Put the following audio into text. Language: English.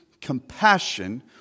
compassion